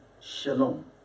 shalom